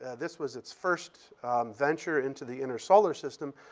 this was its first venture into the inner solar system,